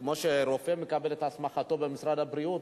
כמו שרופא מקבל את הסמכתו במשרד הבריאות,